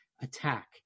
attack